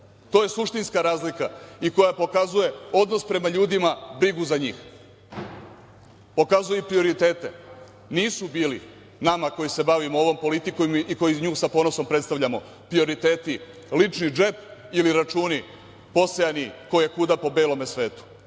To je suštinska razlika i koja pokazuje odnos prema ljudima, brigu za njih. Pokazuje i prioritete, nisu bili nama koji se bavimo ovom politikom i koju mi sa ponosom predstavljamo prioriteti lični džep ili računi posejani koje-kuda po belom svetu,